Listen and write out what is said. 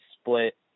split